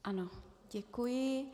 Ano, děkuji.